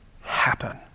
happen